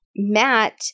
Matt